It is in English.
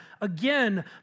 again